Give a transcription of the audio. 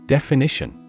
Definition